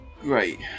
Great